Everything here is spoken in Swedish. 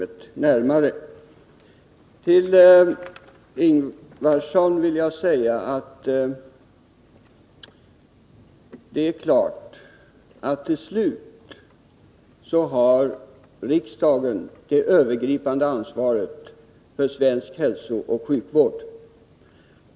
Det är klart, Margé6 Ingvardsson, att det är riksdagen som har det övergripande ansvaret för svensk hälsooch sjukvård.